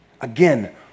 again